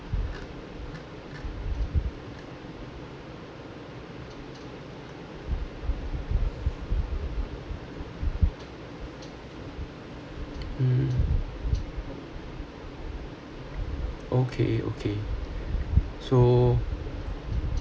mm okay okay so